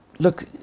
Look